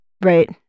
Right